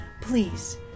Please